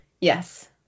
Yes